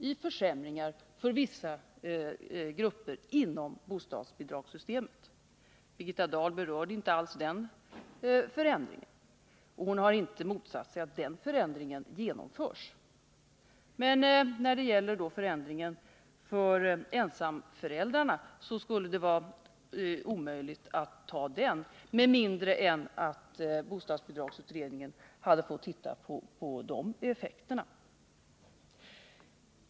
i försämringar för vissa grupper inom bostadsbidragssystemet. Birgitta Dahl berörde inte alls den förändringen, och hon har inte motsatt sig att den genomförs, men när det gäller förändringen för ensamföräldrarna skulle det vara omöjligt att genomföra den med mindre än att bostadsbidragsutredningen fått se på effekterna.